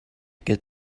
get